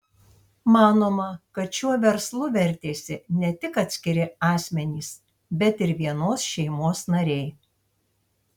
manoma kad šiuo verslu vertėsi ne tik atskiri asmenys bet ir vienos šeimos nariai